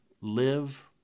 live